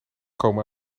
komen